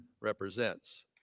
represents